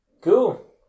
Cool